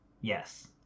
Yes